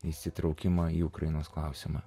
įsitraukimą į ukrainos klausimą